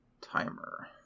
Timer